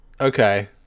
Okay